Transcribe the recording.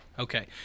Okay